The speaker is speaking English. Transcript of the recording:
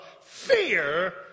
fear